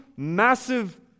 Massive